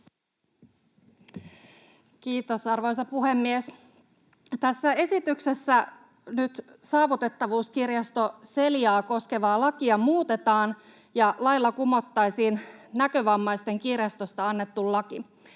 Kiitos, arvoisa puhemies! Tässä esityksessä nyt Saavutettavuuskirjasto Celiaa koskevaa lakia muutetaan, ja lailla kumottaisiin Näkövammaisten kirjastosta annettu laki.